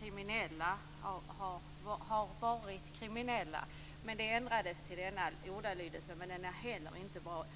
"kriminellt belastade personer", men det ändrades alltså till denna ordalydelse som inte heller är bra.